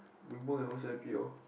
you book your own C_I_P lor